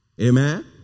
Amen